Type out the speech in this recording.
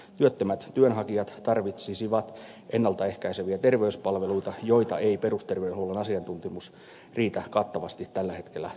työttömät työnhakijat tarvitsisivat ennalta ehkäiseviä terveyspalveluita joita ei perusterveydenhuollon asiantuntemus riitä kattavasti tällä hetkellä tuottamaan